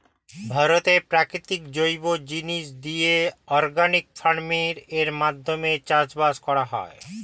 ভারতে প্রাকৃতিক জৈব জিনিস দিয়ে অর্গানিক ফার্মিং এর মাধ্যমে চাষবাস করা হয়